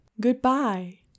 Goodbye